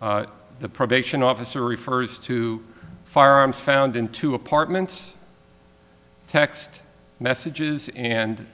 the probation officer refers to firearms found in two apartments text messages and